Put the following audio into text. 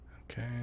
okay